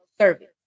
service